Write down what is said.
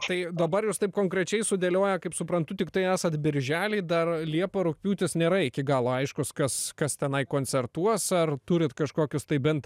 tai dabar jūs taip konkrečiai sudėlioję kaip suprantu tiktai esat birželį dar liepa rugpjūtis nėra iki galo aiškūs kas kas tenai koncertuos ar turit kažkokius tai bent